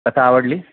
कसा आवडली